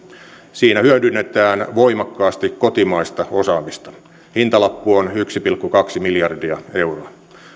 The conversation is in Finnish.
siinä hyödynnetään voimakkaasti kotimaista osaamista hintalappu on yksi pilkku kaksi miljardia euroa